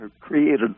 created